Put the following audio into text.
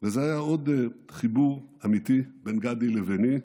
וזה היה עוד חיבור אמיתי בין גנדי לביני.